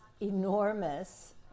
enormous